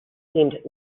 seemed